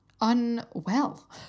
unwell